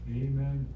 amen